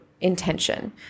intention